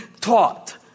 taught